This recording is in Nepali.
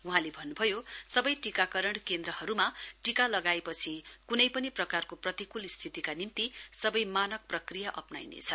वहाँले भन्नुभयो सबै टीकाकरण केन्द्रहरूमा टीका लगाएपछि कुनै पनि प्रकारको प्रतिकुल स्थितिका निम्ति सबै मानक प्रक्रिया अप्नाउनेछ